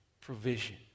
provision